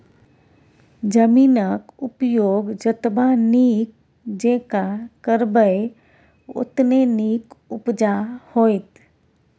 जमीनक उपयोग जतबा नीक जेंका करबै ओतने नीक उपजा होएत